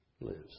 lives